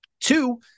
Two